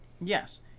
yes